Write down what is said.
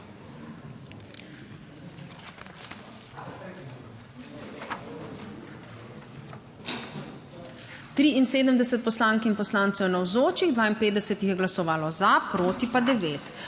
73 poslank in poslancev je navzočih, 52 jih je glasovalo za, proti pa 9.